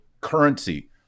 currency